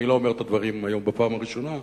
אני לא אומר את הדברים היום בפעם הראשונה,